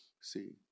see